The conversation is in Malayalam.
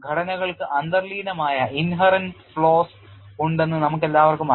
ഘടനകൾക്ക് അന്തർലീനമായ flaws ഉണ്ടെന്നു നമുക്കെല്ലാവർക്കും അറിയാം